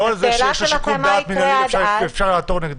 לא על זה שיש לי שיקול מנהלי ואפשר לעתור נגדו.